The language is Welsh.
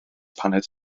paned